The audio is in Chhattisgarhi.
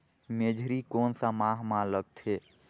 मेझरी कोन सा माह मां लगथे